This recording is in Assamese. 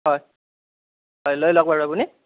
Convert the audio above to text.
হয় হয় লৈ লওক বাৰু আপুনি